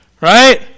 right